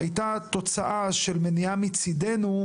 הייתה תוצאה של מניעה מצידנו,